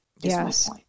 Yes